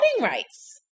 rights